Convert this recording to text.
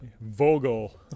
Vogel